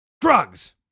drugs